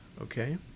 Okay